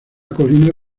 colina